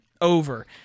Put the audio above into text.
over